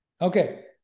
Okay